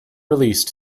release